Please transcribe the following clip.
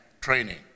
training